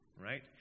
right